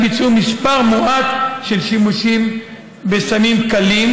ביצעו מספר מועט של שימושים בסמים קלים,